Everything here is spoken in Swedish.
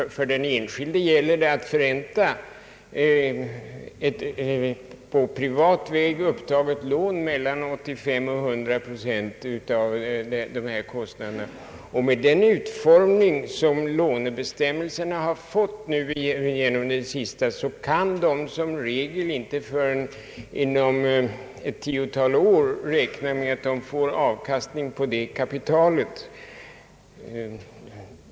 För den enskilde gäller det att förränta ett på privat väg upptaget lån på den del av kostnaderna som faller mellan 85 och 100 procent. Med den utformning lånebestämmelserna nu fått kan den enskilde som regel inte förrän efter ett tiotal år räkna med att få avkastning på kapitalet.